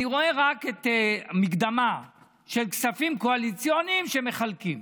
אני רואה רק את המקדמה של הכספים הקואליציוניים שמחלקים,